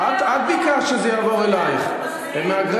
זה מה שאתם אומרים,